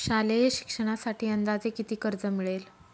शालेय शिक्षणासाठी अंदाजे किती कर्ज मिळेल?